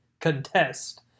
contest